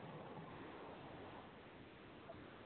হ্যাঁ আর বলছি ছিটটা কি আপনার দোকানে পাওয়া যাবে